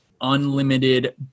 Unlimited